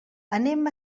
anem